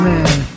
Man